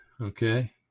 Okay